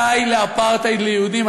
די לאפרטהייד ליהודים.